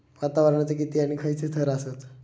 वातावरणाचे किती आणि खैयचे थर आसत?